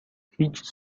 هیچ